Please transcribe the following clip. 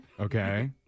Okay